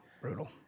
Brutal